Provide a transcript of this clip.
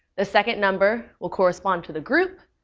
the second number will correspond to the group,